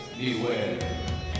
Beware